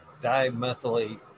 dimethylate